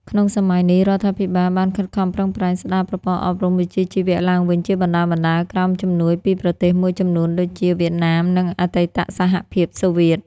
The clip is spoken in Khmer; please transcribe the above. ក្នុងសម័យនេះ រដ្ឋាភិបាលបានខិតខំប្រឹងប្រែងស្តារប្រព័ន្ធអប់រំវិជ្ជាជីវៈឡើងវិញជាបណ្តើរៗ ក្រោមជំនួយពីប្រទេសមួយចំនួនដូចជា វៀតណាម និងអតីតសហភាពសូវៀត។